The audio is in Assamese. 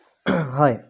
হয়